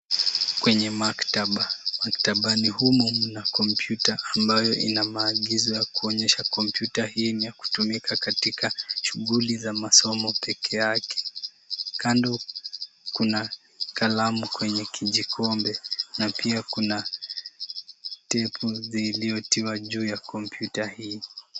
Kwenye maktabani humu mna kompyuta ambayo ina maagizo kuonyesha kompyuta hii ni ya kutumika katika shughuli za masomo peke yake. Kando kuna kalamu kwenye kijikombe na pia kuna tepu ziliyotiwa juu ya computer hii.